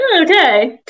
Okay